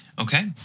Okay